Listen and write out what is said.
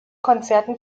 konzerten